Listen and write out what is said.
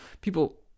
People